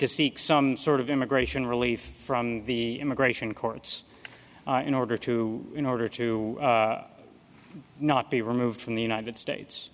to seek some sort of immigration relief from the immigration courts in order to in order to not be removed from the united states